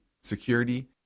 security